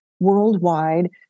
worldwide